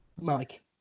Mike